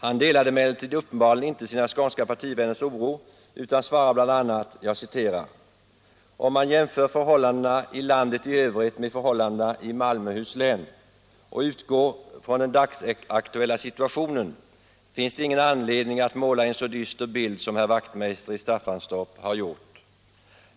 Han delade emellertid uppenbarligen inte sina skånska partivänners oro utan svarade bl.a.: ”Om man jämför förhållandena i landet i övrigt med förhållandena i Malmöhus län och utgår från den dagsaktuella situationen finns det ingen anledning att måla en så dyster bild som herr Wachtmeister i Staffanstorp har gjort.